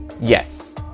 Yes